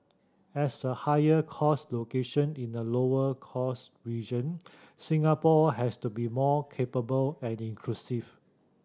as a higher cost location in a lower cost region Singapore has to be more capable and inclusive